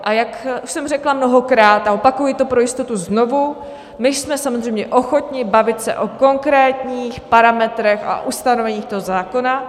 A jak už jsem řekla mnohokrát, a opakuji to pro jistotu znovu, my jsme samozřejmě ochotni se bavit o konkrétních parametrech a ustanoveních toho zákona.